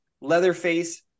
Leatherface